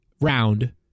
round